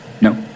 No